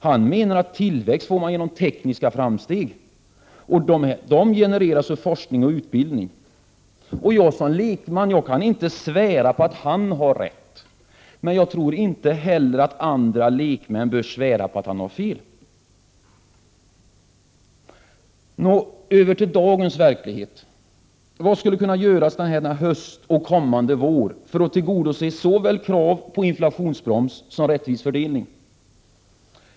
Han menar att man får tillväxt genom tekniska framsteg och att dessa genereras ur forskning och utbildning. Jag som lekman kan inte svära på att han har rätt, men jag tror inte heller att andra lekmän bör svära på att han har fel. Nå, över till dagens verklighet. Vad skulle kunna göras denna höst och kommande vår för att tillgodose såväl krav på inflationsbroms som rättvis fördelning?